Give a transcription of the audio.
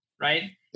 right